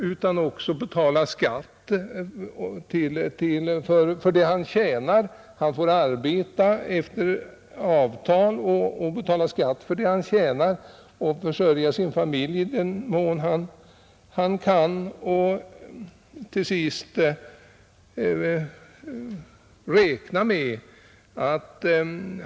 Han får lön enligt avtal, men han får betala skatt på vad han tjänar. I den mån han kan försörjer han sin familj.